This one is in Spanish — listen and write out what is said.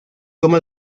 cómo